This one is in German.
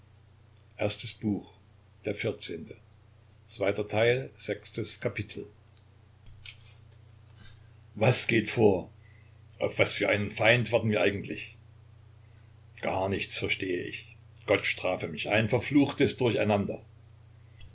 was geht vor auf was für einen feind warten wir eigentlich gar nichts verstehe ich gott strafe mich ein verfluchtes durcheinander